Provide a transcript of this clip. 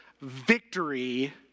victory